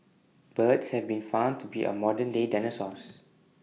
birds have been found to be our modern day dinosaurs